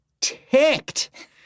ticked